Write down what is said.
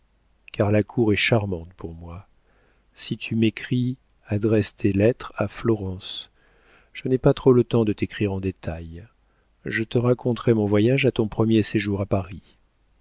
car la cour est charmante pour moi si tu m'écris adresse tes lettres à florence je n'ai pas trop le temps de t'écrire en détail je te raconterai mon voyage à ton premier séjour à paris